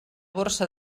borsa